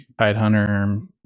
Tidehunter